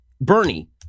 Bernie